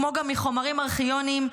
כמו גם מחומרים ארכיוניים,